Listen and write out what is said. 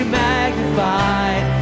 magnified